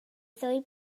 ddwy